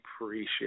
appreciate